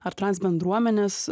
ar transbendruomenės